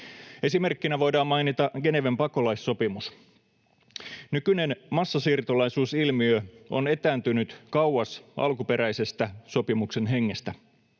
Esimerkkinä voidaan mainita Geneven pakolaissopimus. Nykyinen massasiirtolaisuusilmiö on etääntynyt kauas alkuperäisestä sopimuksen hengestä.